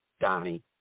Donnie